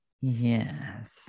yes